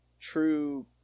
true